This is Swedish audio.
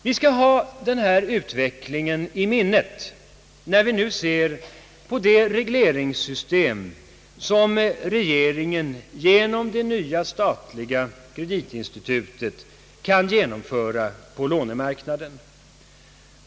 Vi skall ha denna utveckling i minnet när vi nu ser på det regleringssystem som regeringen genom det nya statliga kreditinstitutet kan genomföra på lånemarknaden.